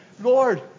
Lord